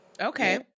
Okay